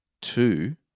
Two